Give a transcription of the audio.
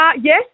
Yes